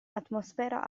atmosfera